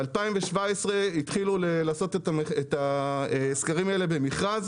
ב-2017 התחילו לעשות את הסקרים האלה במכרז.